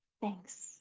thanks